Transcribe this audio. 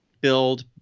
build